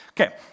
Okay